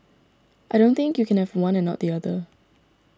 I don't think you can have one and not the other